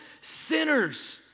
sinners